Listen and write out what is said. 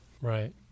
right